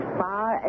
far